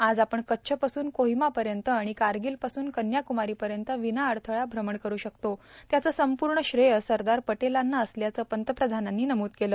आज आपण कच्छपासून कोोहमापयत आण कारगीलपासून कन्याकुमारो पयत ीवनाअडथळा भ्रमण करू शकतो त्याचं संपूण श्रेय सरदार पटेलांना असल्याचं पंतप्रधानांनी नमूद केलं